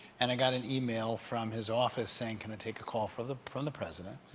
and i got an email from his office saying can i take a call from the from the president?